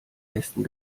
besten